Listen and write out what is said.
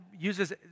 uses